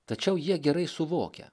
tačiau jie gerai suvokia